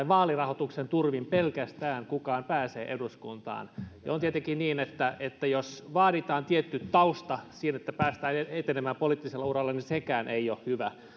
vaalirahoituksen turvin kukaan pääsee eduskuntaan ja on tietenkin niin että että jos vaaditaan tietty tausta siihen että päästään etenemään poliittisella uralla niin sekään ei ole hyvä